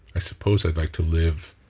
i suppose i'd like to live